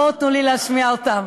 בואו תנו לי להשמיע אותן.